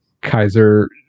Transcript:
Kaiser